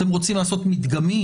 אתם רוצים לעשות מדגמי?